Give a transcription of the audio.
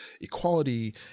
equality